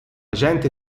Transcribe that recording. gente